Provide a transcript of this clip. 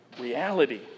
reality